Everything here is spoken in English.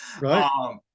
Right